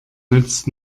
nützt